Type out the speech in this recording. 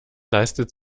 leistet